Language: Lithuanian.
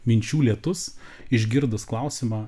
minčių lietus išgirdus klausimą